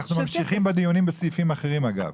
אנחנו ממשיכים בדיונים בסעיפים אחרים, אגב.